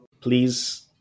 Please